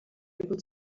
able